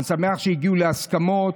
אני שמח שהגיעו להסכמות,